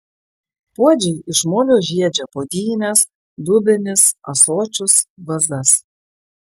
puodžiai iš molio žiedžia puodynes dubenis ąsočius vazas